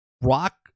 Rock